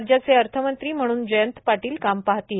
राज्याचे अर्थमंत्री म्हणून जयंत पाटील काम पाहतील